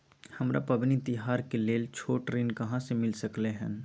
हमरा पबनी तिहार के लेल छोट ऋण कहाँ से मिल सकलय हन?